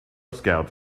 scouts